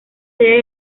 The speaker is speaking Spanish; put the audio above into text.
sede